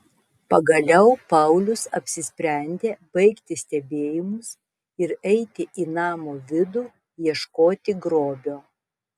pagaliau paulius apsisprendė baigti stebėjimus ir eiti į namo vidų ieškoti grobio